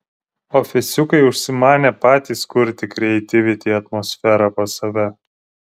ofisiukai užsimanė patys kurti krieitivity atmosferą pas save